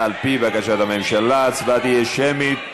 על-פי בקשת הממשלה, ההצבעה תהיה שמית.